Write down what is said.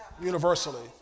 universally